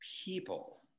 people